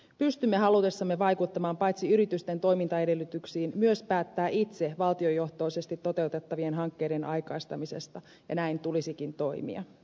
pystymme halutessamme paitsi vaikuttamaan yritysten toimintaedellytyksiin myös päättämään itse valtiojohtoisesti toteutettavien hankkeiden aikaistamisesta ja näin tulisikin toimia